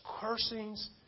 cursings